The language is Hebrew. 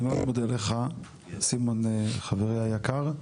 אני מאוד מודה לך סימון, חברי היקר.